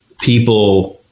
people